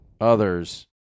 others